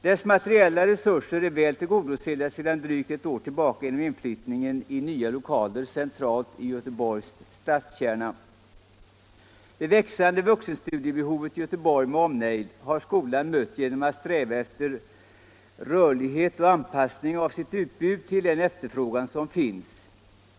Dess materiella resurser är väl tillgodosedda sedan drygt ett år tillbaka genom inflyttningen i nya lokaler 189 Det växande vuxenstudiebehovet i Göteborg med omnejd har skolan mött genom att sträva efter rörlighet och anpassning av sitt utbud till den efterfrågan som finns.